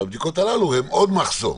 והבדיקות הללו הן עוד מחסום.